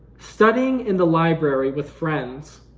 studying in the library with friends,